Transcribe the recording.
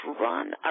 run